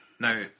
Now